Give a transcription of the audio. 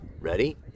Ready